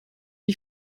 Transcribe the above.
wie